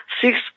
six